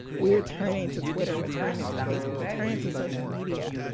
we're turning to twitter, what's happening to to facebook with variants of social media.